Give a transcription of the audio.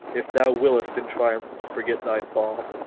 if thou willest in triumph to forget thy fall.